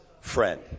friend